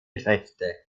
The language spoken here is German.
rechte